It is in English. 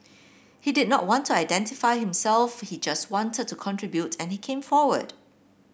he did not want to identify himself he just wanted to contribute and he came forward